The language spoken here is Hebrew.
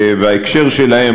וההקשר שלהן,